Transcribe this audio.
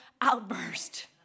outburst